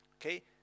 Okay